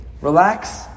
Relax